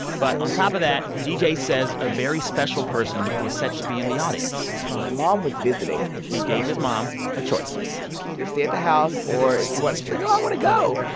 but on top of that, d j. says a very special person was set to be in the audience my mom was visiting he gave his mom a choice you can either stay at the house or, if you want she's like, no, i want to go.